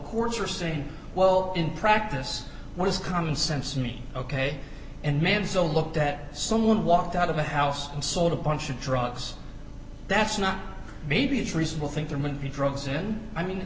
courts are saying well in practice what is common sense to me ok and man so look that someone walked out of a house and sold a bunch of drugs that's not maybe it's reasonable think there might be drugs and i mean